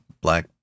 black